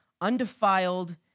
undefiled